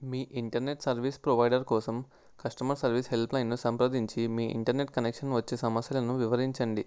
మీ internet service provider కోసం customer service హెల్ప్లైన్ను సంప్రదించి మీ ఇంటర్నెట్ కనెక్షన్ వచ్చే సమస్యలను వివరించండి